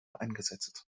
eingesetzt